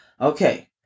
Okay